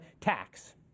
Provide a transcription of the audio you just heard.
tax